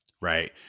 right